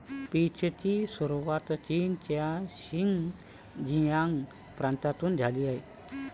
पीचची सुरुवात चीनच्या शिनजियांग प्रांतातून झाली